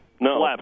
no